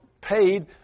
paid